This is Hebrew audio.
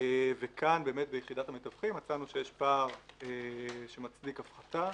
כאן ביחידת המתווכים מצאנו שיש פער שמצדיק הפחתה